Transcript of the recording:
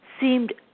seemed